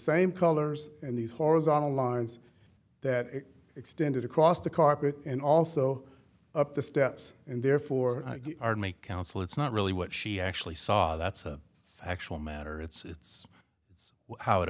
same colors and these horizontal lines that extended across the carpet and also up the steps and therefore make counsel it's not really what she actually saw that's an actual matter it's how it